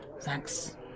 Thanks